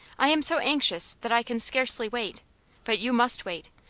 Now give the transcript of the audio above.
i am so anxious that i can scarcely wait but you must wait.